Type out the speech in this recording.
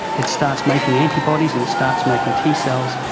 it starts making antibodies and it starts making t-cells,